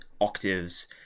octaves